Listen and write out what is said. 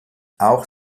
auch